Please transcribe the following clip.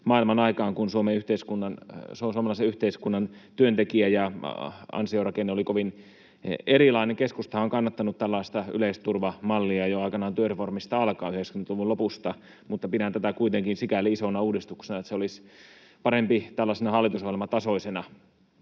maailmanaikaan, kun suomalaisen yhteiskunnan työntekijä- ja ansiorakenne oli kovin erilainen. Keskustahan on kannattanut yleisturvamallia jo aikanaan työreformista alkaen, 90-luvun lopusta, mutta pidän tätä kuitenkin sikäli isona uudistuksena, että se olisi parempi hallitusohjelman tasoisena